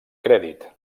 crèdit